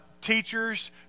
teachers